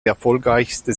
erfolgreichste